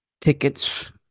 tickets